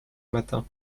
matins